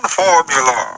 formula